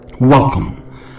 Welcome